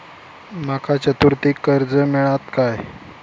माका चतुर्थीक कर्ज मेळात काय?